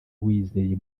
wizeye